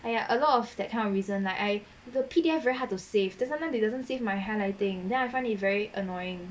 !aiya! a lot of that kind of reason like I the P_D_F very hard to save then sometimes it doesn't save my highlighting then I find it very annoying